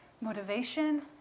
motivation